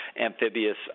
amphibious